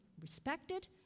respected